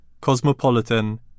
cosmopolitan